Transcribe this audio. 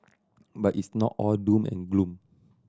but it's not all doom and gloom